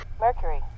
Mercury